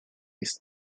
his